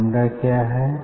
lambda क्या है